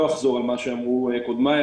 לא אחזור על מה שאמרו קודמיי.